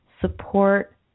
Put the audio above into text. support